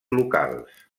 locals